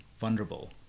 vulnerable